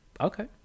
okay